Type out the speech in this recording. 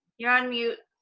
you're on mute.